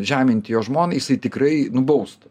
žeminti jo žmoną jisai tikrai nubaustų